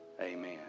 Amen